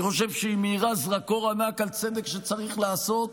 אני חושב שהיא מאירה זרקור ענק על צדק שצריך להיעשות